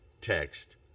text